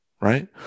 right